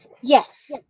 Yes